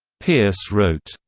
peirce wrote.